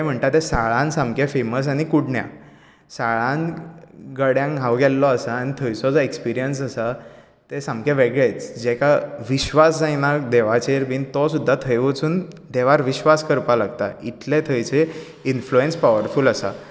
गडे म्हणटा ते साळांत सामकें फॅमस आनी कुडण्यां साळांत गड्याक हांव गेल्लो आसा आनी थंयचो जो एक्सप्रियन्स आसा ते सामके वेगळेंच जेका विश्वास जायना देवाचेर बी तो सुद्दां थंय वचुन देवार विश्वास करपाक लागता इतलें थंयचे इन्फ्लूअन्स पावरफुल आसा